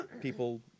people